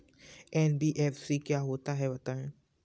NBFC क्या होता है बताएँ?